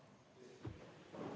Kõik